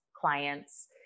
clients